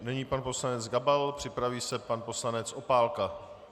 Nyní pan poslanec Gabal, připraví se pan poslanec Opálka.